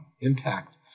impact